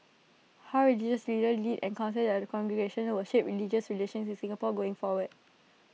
how religious leaders lead and counsel their congregations will shape religious relations in Singapore going forward